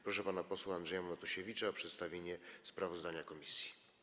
Proszę pana posła Andrzeja Matusiewicza o przedstawienie sprawozdania komisji.